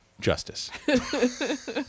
justice